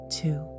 two